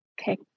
Okay